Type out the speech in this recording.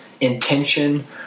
intention